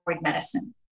medicine